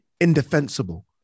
indefensible